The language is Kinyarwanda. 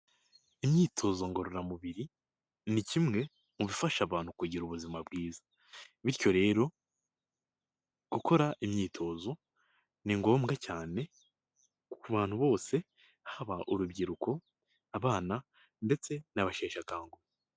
Imyitozo ngorora mubiri ni kimwe mu bifasha abantu kugira ubuzima bwiza, bityo rero gukora imyitozo ni ngombwa cyane ku bantu bose, haba urubyiruko, abana ndetse n'abasheshakanguhe.